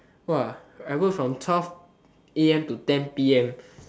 !wah! I work from twelve a_m to ten p_m